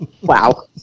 wow